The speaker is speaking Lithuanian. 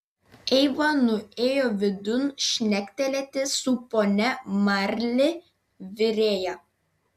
eiva nuėjo vidun šnektelėti su ponia marli virėja